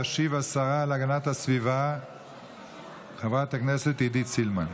תשיב השרה להגנת הסביבה עידית סילמן.